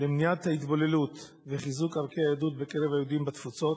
למניעת ההתבוללות ולחיזוק ערכי היהדות בקרב היהודים בתפוצות?